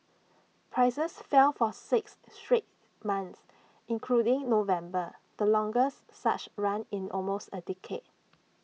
prices fell for six straight months including November the longest such run in almost A decade